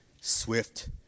swift